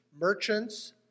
merchants